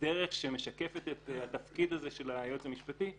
דרך שמשקפת את התפקיד הזה של היועץ המשפטי?